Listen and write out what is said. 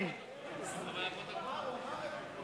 אבל לפרוטוקול.